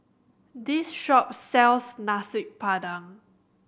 this shop sells Nasi Padang